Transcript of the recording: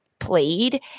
Played